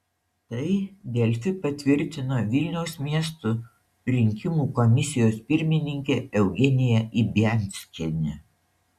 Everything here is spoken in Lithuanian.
tai delfi patvirtino vilniaus miesto rinkimų komisijos pirmininkė eugenija ibianskienė